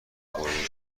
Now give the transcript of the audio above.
بریده